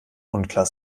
unklar